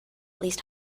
least